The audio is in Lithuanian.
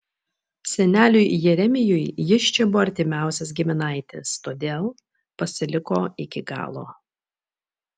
seneliui jeremijui jis čia buvo artimiausias giminaitis todėl pasiliko iki galo